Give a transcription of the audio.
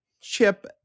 chip